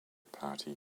party